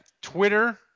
Twitter